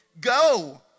go